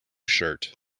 shirt